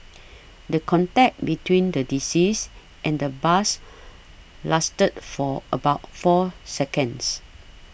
the contact between the deceased and the bus lasted for about four seconds